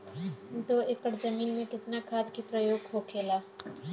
दो एकड़ जमीन में कितना खाद के प्रयोग होखेला?